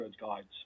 guides